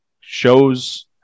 shows